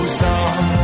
song